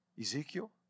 Ezekiel